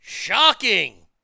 Shocking